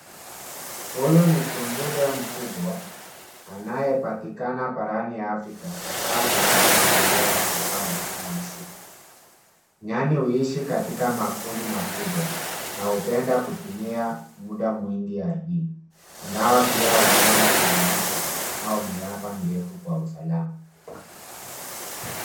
Huyu ni tumbili mkubwa anayepatikana barani Afrika, hasaa katika maeneo ya savana na misitu. Nyani huishi katika makundi makubwa na hupenda kutumia muda mwingi ardhini, ingawa pia hulala kwenye miti au miaba mirefu kwa usalama.